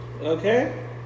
Okay